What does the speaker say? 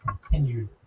continued